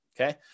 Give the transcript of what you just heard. okay